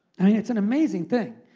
i mean it's an amazing thing.